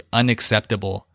unacceptable